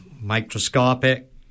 microscopic